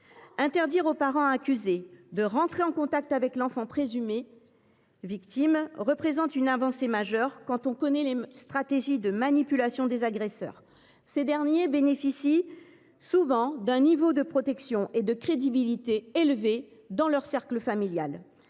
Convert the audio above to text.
Interdire au parent accusé d’entrer en contact avec l’enfant présumé victime est une avancée majeure quand on connaît les stratégies de manipulation des agresseurs. Ces derniers bénéficient souvent d’un niveau de protection et de crédibilité élevé au sein du cercle familial.